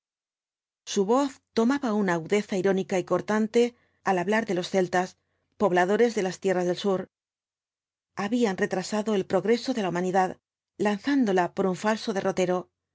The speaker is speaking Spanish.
su voz tomaba una agudeza irónica y cortante al hablar de los celtas pobladores de las tierras del sur habían retrasado el progreso de la humanidad lanzándola por un falso derrotero